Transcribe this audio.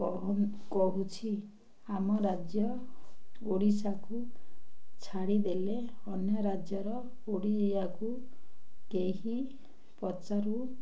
କହୁଛି ଆମ ରାଜ୍ୟ ଓଡ଼ିଶାକୁ ଛାଡ଼ିଦେଲେ ଅନ୍ୟ ରାଜ୍ୟର ଓଡ଼ିଆକୁ କେହି ପଚାରୁ